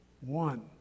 One